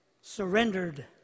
surrendered